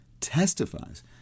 testifies